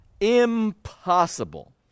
Impossible